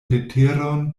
leteron